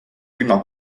linna